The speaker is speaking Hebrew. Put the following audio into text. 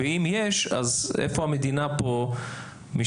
ואם יש, אז איפה המדינה פה משתתפת?